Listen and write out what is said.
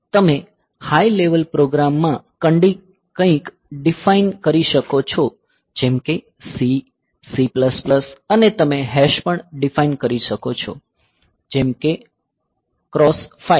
તમે high level programs માં કંઇક ડીફાઇન કરી શકો છો જેમ કે C C અને તમે પણ ડીફાઇન કરી શકો છો જેમ કે X 5